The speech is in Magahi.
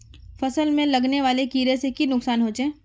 फसल में लगने वाले कीड़े से की नुकसान होचे?